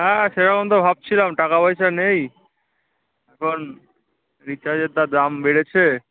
হ্যাঁ সেরকম তো ভাবছিলাম টাকা পয়সা নেই এখন রিচার্জের যা দাম বেড়েছে